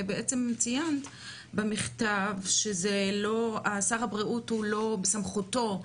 ובעצם ציינת במכתב ששר הבריאות זה לא בסמכותו.